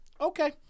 Okay